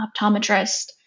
optometrist